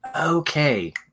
okay